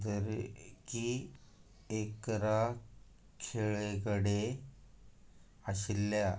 दरेकी इकरा खेळगडे आशिल्ल्या